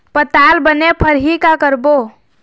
पताल बने फरही का करबो?